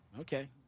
Okay